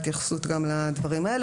התייחסות גם לדברים האלה.